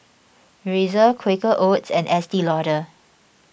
Razer Quaker Oats and Estee Lauder